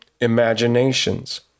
imaginations